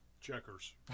Checkers